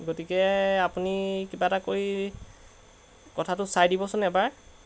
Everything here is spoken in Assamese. গতিকে আপুনি কিবা এটা কৰি কথাটো চাই দিবচোন এবাৰ